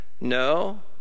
No